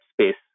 space